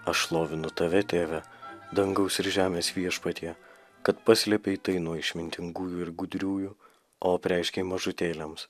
aš šlovinu tave tėve dangaus ir žemės viešpatie kad paslėpei tai nuo išmintingųjų ir gudriųjų o apreiškei mažutėliams